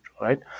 right